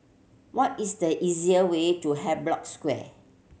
what is the easiest way to Havelock Square